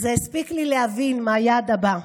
זה הספיק לי להבין מה היעד הבא.